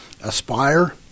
aspire